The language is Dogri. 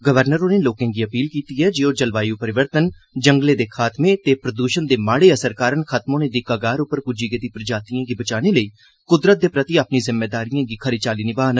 गवर्नर होरें लोकें गी अपील कीती ऐ जे ओह् जलवायु परिवर्तन जंगलें दे खात्मे ते प्रदूषण दे माड़े असर कारण खत्म होने दी कगार उप्पर प्ज्जी गेदी प्रजातिएं गी बचाने लेई क्दरत दे प्रति अपनी जिम्मेदारिएं गी खरी चाल्ली निभान